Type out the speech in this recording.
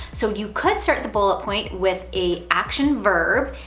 so you could start the bullet point with a action verb,